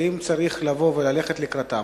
ואם צריך ללכת לקראתן,